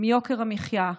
עם יוקר המחיה,